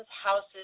houses